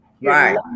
Right